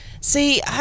See